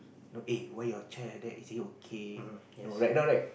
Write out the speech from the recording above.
eh why your child like that is he okay right no right